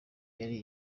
yari